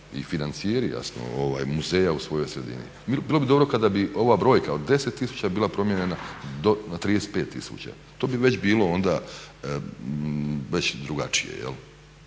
i financijeri jasno muzeja u svojoj sredini. Bilo bi dobro kada bi ova brojka od 10 tisuća bila promijenjena na 35000. To bi već bilo onda već drugačije.